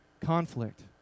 conflict